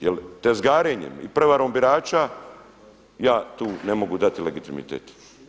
Jer tezgarenjem i prevarom birača ja tu ne mogu dati legitimitet.